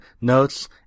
notes